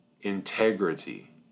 integrity